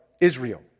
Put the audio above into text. Israel